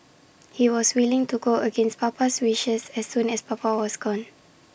he was willing to go against Papa's wishes as soon as papa was gone